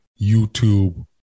YouTube